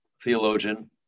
theologian